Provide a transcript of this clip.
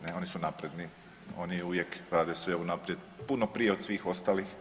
Ne, oni su napredni, oni uvijek rade sve unaprijed, puno prije od svih ostalih.